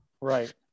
Right